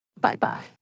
Bye-bye